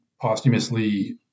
posthumously